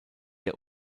der